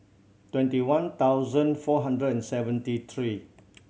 twenty one thousand four hundred and seventy three